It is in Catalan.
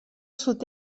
sud